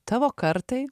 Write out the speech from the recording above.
tavo kartai